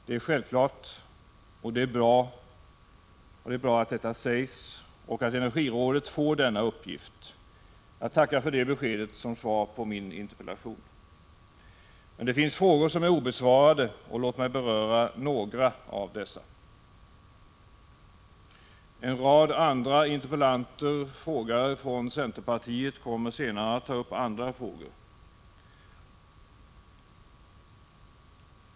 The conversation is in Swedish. Det är självklart, och det är bra att detta sägs och att energirådet får denna uppgift. Jag tackar för det beskedet som svar på min interpellation. Men det finns frågor som är obesvarade. Låt mig beröra några av dessa. En rad andra interpellanter från centerpartiet kommer senare att ta upp andra frågor.